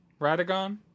Radagon